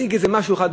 מציג איזה משהו אחד,